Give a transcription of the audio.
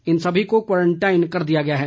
इन सभी को क्वारंटाईन कर दिया गया है